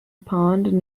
pond